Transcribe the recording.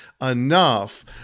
enough